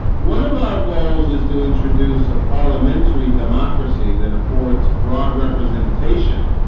one of our goals is to introduce a parliamentary democracy that affords broad representation